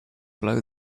blow